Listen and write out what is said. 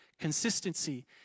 Consistency